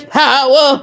power